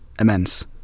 immense